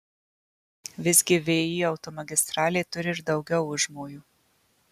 visgi vį automagistralė turi ir daugiau užmojų